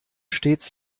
stets